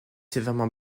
sévèrement